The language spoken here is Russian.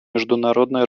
международной